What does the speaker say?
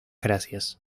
gracias